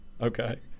Okay